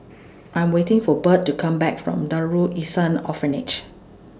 I'm waiting For Budd to Come Back from Darul Ihsan Orphanage